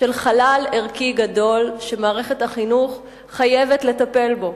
חלל ערכי גדול שמערכת החינוך חייבת לטפל בו.